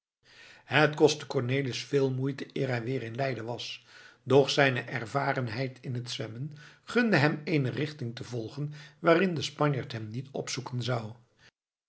het kostte cornelis veel moeite eer hij weer in leiden was doch zijne ervarenheid in het zwemmen gunde hem eene richting te volgen waarin de spanjaard hem niet opzoeken zou